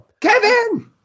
Kevin